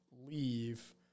leave